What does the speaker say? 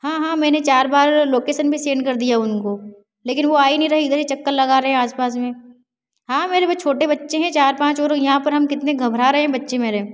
हाँ हाँ मैंने चार बार लोकेशन भी सेंड कर दिया उनको लेकिन वह आ ही नहीं रहे इधर ही चक्कर लगा रहें हैं आसपास में हाँ मेरे वह छोटे बच्चें हैं चार पाँच और यहाँ पर हम कितने घबरा रहे हैं बच्चे मेरे